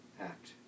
act